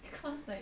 because like